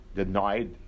denied